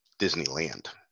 Disneyland